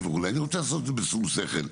אני רוצה לעשות את זה בשום שכל,